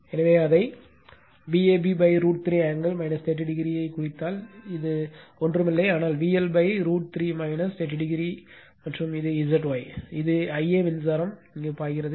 எனவே அதை Vab √ 3 angle 30 ஐக் குறித்தால் இது ஒன்றும் இல்லை ஆனால் VL √ 3 30 ஓ மற்றும் இது Zy இது Ia மின்சாரம் பாயும்